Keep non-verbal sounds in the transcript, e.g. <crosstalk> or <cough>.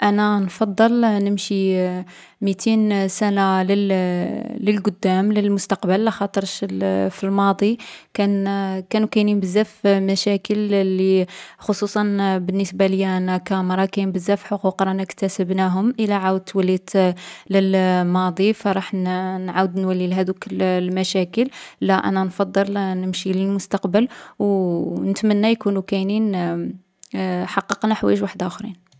أنا نفضّل نمشي <hesitation> ميتين سنة للـ <hesitation> للقدام للمستقبل، لاخاطرش الـ في الماضي كان كانو كاينين بزاف المشاكل لي، خصوصا بالنسبة ليا أنا كامرا، كاينين بزاف حقوق رانا كسبناهم. إلا عاودت وليت للماضي فراح نـ نولي لهاذوك المشاكل. لا، أنا نفضل نمشي للمستقبل، و <hesitation> و نتمنى يكونو كاينين <hesitation> حققنا حوايج وحدخرين.